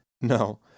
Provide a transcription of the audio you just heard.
No